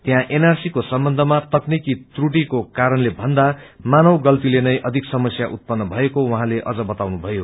त्यहाँ एनआरसीको सम्बन्धमा तकनिकी व्रुटिको कारणले भन्दा मानव गल्तीलेनै अधिक समस्या उत्पन्न भएको उहाँले अझ बताउनुभयो